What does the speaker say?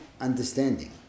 understanding